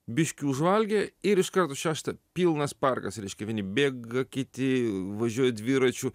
biškį užvalgė ir iš karto šeštą pilnas parkas reiškia vieni bėga kiti važiuoja dviračiu